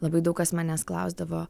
labai daug kas manęs klausdavo